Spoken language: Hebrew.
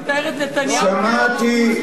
שמעתי,